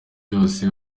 yose